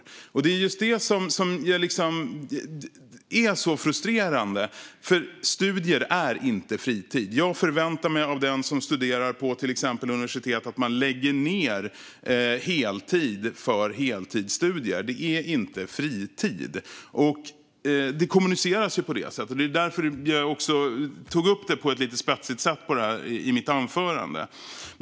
Det är just det som är så frustrerande. Studier är inte fritid. Jag förväntar mig av den som studerar exempelvis på universitet att man lägger ned heltid på heltidsstudier. Det är inte fritid. Men det kommuniceras på det sättet, och det var därför jag tog upp det på ett lite tillspetsat sätt i mitt anförande.